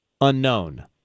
unknown